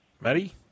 Matty